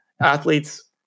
athletes